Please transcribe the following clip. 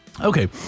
Okay